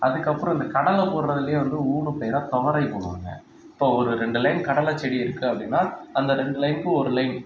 அதுக்கப்புறம் இந்த கடலை போடறதுலேயே வந்து ஊடு பயிராக துவரை போடுவாங்க இப்போது ஒரு ரெண்டு லைன் கடலை செடி இருக்குது அப்படின்னா அந்த ரெண்டு லைனுக்கு ஒரு லைன்